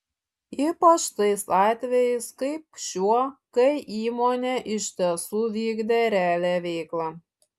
ypač tais atvejais kaip šiuo kai įmonė iš tiesų vykdė realią veiklą